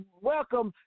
welcome